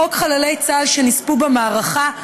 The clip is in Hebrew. חוק חללי צה"ל שנספו במערכה,